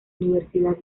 universidad